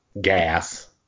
gas